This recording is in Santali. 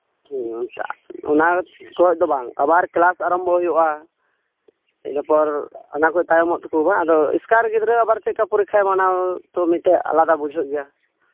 ᱚᱱᱟ ᱠᱚᱡ ᱫᱚ ᱵᱟᱝ ᱟᱵᱟᱨ ᱠᱮᱞᱟᱥ ᱟᱨᱟᱢᱵᱷᱚ ᱦᱩᱭᱩᱜᱼᱟ ᱤᱱᱟᱹ ᱯᱚᱨ ᱚᱱᱟ ᱠᱚ ᱛᱟᱭᱚᱢᱚᱜ ᱛᱟᱠᱚᱣᱟ ᱵᱟᱝ ᱮᱥᱠᱟᱨ ᱜᱤᱫᱽᱨᱟᱹ ᱪᱮᱫᱞᱮᱠᱟ ᱯᱚᱨᱤᱠᱠᱷᱟ ᱮᱢ ᱛᱳ ᱢᱤᱫᱴᱮᱡ ᱟᱞᱟᱫᱟ ᱵᱩᱡᱷᱟᱹᱜ ᱜᱮᱭᱟ